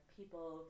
people